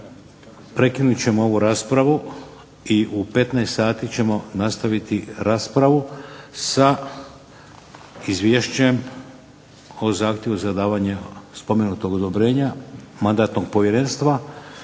prekinut ćemo ovu raspravu i u 15,00 sati ćemo nastaviti raspravu sa Izvješćem o zahtjevu za davanje spomenutog odobrenja Mandatnog povjerenstva